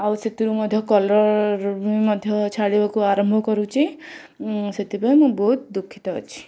ଆଉ ସେଥିରୁ ମଧ୍ୟ କଲର୍ ବି ମଧ୍ୟ ଛାଡ଼ିବାକୁ ଆରମ୍ଭ କରୁଛି ସେଥିପାଇଁ ମୁଁ ବହୁତ ଦୁଃଖିତ ଅଛି